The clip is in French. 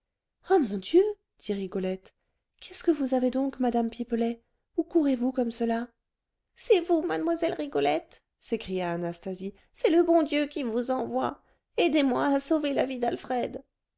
ah mon dieu dit rigolette qu'est-ce que vous avez donc madame pipelet où courez-vous comme cela c'est vous mademoiselle rigolette s'écria anastasie c'est le bon dieu qui vous envoie aidez-moi à sauver la vie d'alfred